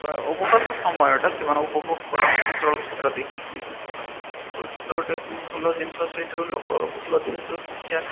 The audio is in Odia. ବା ଅବକାଶ ସମୟଟା ସେମାନେ ଉପଭୋଗ କରନ୍ତି ଚଳଚ୍ଚିତ୍ର ଦେଖିକି ଚଳଚ୍ଚିତ୍ର ଗୋଟେ ଭଲ ଜିନିଷ ସେଇଠାରୁ ଲୋକ ଭଲ ଜିନିଷ ଶିକ୍ଷା